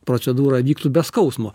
procedūra vyktų be skausmo